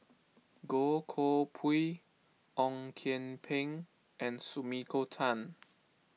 Goh Koh Pui Ong Kian Peng and Sumiko Tan